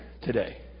today